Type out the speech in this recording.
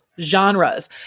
genres